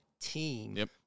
team